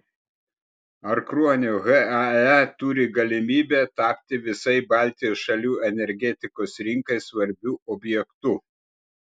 ar kruonio hae turi galimybę tapti visai baltijos šalių energetikos rinkai svarbiu objektu